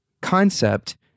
concept